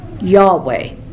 Yahweh